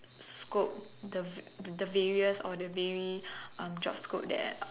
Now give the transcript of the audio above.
scope the the various or the vary job scopes that